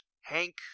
Hank